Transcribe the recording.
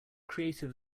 creative